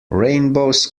rainbows